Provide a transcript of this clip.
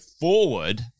forward